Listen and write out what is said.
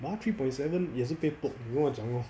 but 他 three point seven 也是被 poke 你跟我讲 lor